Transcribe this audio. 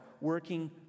working